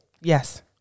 yes